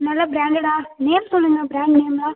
நல்ல பிராண்டடாக நேம் சொல்லுங்க பிராண்ட் நேமெலாம்